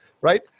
right